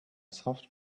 soft